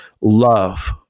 love